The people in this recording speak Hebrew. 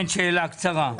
כן, שאלה קצרה.